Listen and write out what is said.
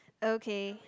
okay